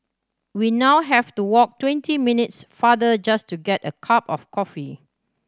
we now have to walk twenty minutes farther just to get a cup of coffee